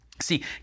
See